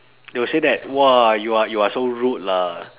they will say that !wah! you are you are so rude lah